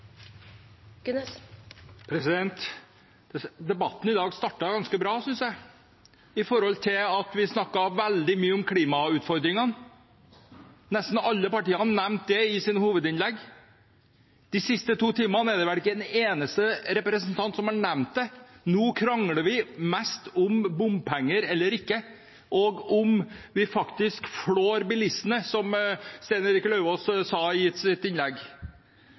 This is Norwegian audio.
Debatten i dag startet ganske bra, synes jeg, med tanke på at vi snakket veldig mye om klimautfordringene. Nesten alle partiene nevnte det i sitt hovedinnlegg. De to siste timene er det vel ikke en eneste representant som har nevnt det. Nå krangler vi mest om bompenger eller ikke, og om vi faktisk flår bilistene, som Stein Erik Lauvås sa i sitt innlegg.